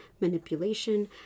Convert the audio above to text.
manipulation